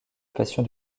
passion